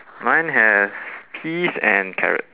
mine has peas and carrot